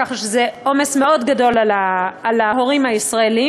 כך שזה עומס מאוד גדול על ההורים הישראלים,